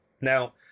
Now